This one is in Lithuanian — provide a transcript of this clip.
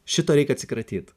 šito reik atsikratyt